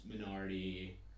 minority